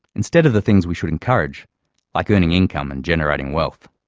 instead of the things we should encourage like earning income and generating wealth.